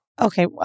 Okay